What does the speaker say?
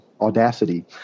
audacity